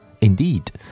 indeed